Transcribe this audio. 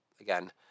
again